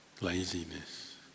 laziness